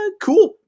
cool